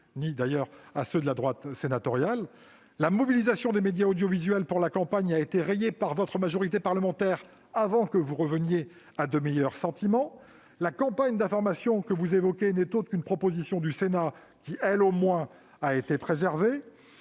ni d'ailleurs à ceux de la droite sénatoriale. La mobilisation des médias audiovisuels pour la campagne a été rayée par votre majorité parlementaire avant que vous ne reveniez à de meilleurs sentiments. La campagne d'information que vous évoquez n'est autre qu'une proposition du Sénat qui, elle, au moins, aura été préservée.